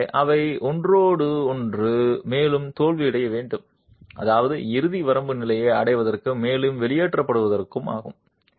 எனவே அவை ஒவ்வொன்றும் மேலும் தோல்வியடைய வேண்டும் அதாவது இறுதி வரம்பு நிலையை அடைவதற்கும் மேலும் வெளியேற்றப்படுவதற்கும் ஆகும்